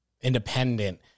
independent